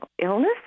illness